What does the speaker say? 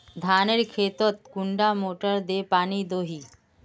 धानेर खेतोत कुंडा मोटर दे पानी दोही?